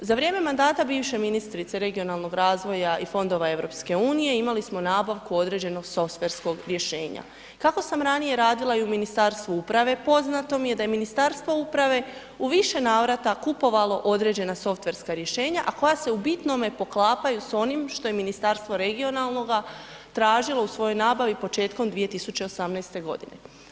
Za vrijeme mandata bivše ministrice regionalnog razvoja i fondova EU imali smo nabavku određenog softverskog rješenja, kako sam ranije radila i u Ministarstvu uprave poznato mi je da je Ministarstvo uprave u više navrata kupovalo određena softverska rješenja, a koja se u bitnome poklapaju s onim što je Ministarstvo regionalnoga tražilo u svojoj nabavi početkom 2018. godine.